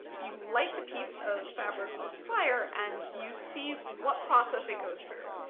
you light the piece of fabric on fire and you see what process it goes through.